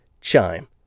Chime